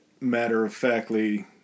matter-of-factly